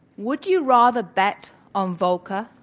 would you rather bet on volcker?